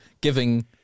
giving